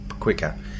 Quicker